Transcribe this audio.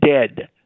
dead